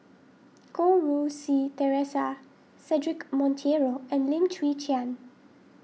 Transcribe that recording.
Goh Rui Si theresa Cedric Monteiro and Lim Chwee Chian